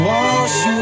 Wash